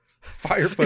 fire